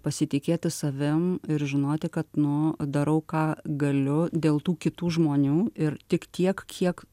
pasitikėti savim ir žinoti kad nu darau ką galiu dėl tų kitų žmonių ir tik tiek kiek